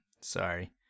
sorry